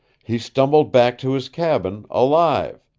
he stumbled back to his cabin, alive.